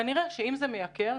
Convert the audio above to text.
כנראה שאם זה מייקר,